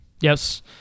Yes